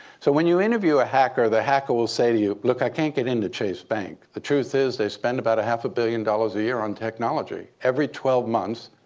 so when you interview a hacker, the hacker will say to you, look, i can't get into chase bank. the truth is they spend about a half a billion dollars a year on technology. every twelve months,